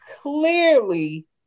clearly